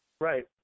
Right